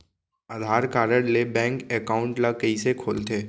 आधार card ले bank account ल कइसे खोलथे?